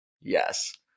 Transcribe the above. Yes